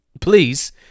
Please